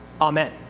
amen